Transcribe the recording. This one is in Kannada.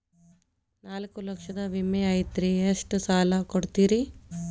ನಾಲ್ಕು ಲಕ್ಷದ ವಿಮೆ ಐತ್ರಿ ಎಷ್ಟ ಸಾಲ ಕೊಡ್ತೇರಿ?